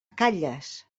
calles